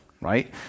right